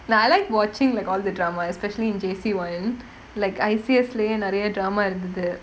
nah I like watching like all the drama especially in J_C one like I_C_S லையே நிறைய: layae niraiya drama இருந்துது:irunthuthu